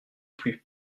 plus